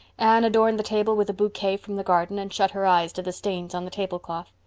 anne adorned the table with a bouquet from the garden and shut her eyes to the stains on the tablecloth.